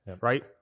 Right